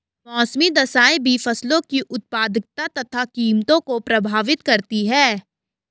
मौसमी दशाएं भी फसलों की उत्पादकता तथा कीमतों को प्रभावित करती है